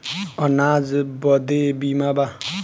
अनाज बदे बीमा बा